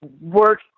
work